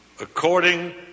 according